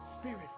spirit